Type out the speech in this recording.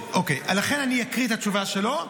לכן אני אקריא את התשובה שלו.